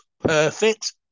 perfect